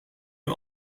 him